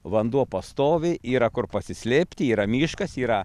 vanduo pastoviai yra kur pasislėpti yra miškas yra